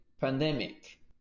pandemic